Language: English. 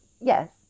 Yes